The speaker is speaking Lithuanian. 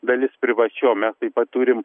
dalis privačiom mes taip pat turim